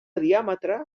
diàmetre